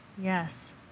Yes